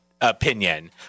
opinion